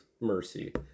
mercy